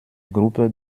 gruppe